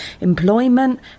Employment